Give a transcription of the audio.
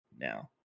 now